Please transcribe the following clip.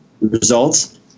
results